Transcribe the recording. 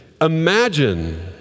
Imagine